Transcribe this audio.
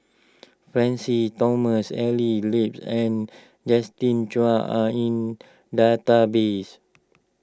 Francis Thomas Evelyn Lip and Justin Zhuang are in the database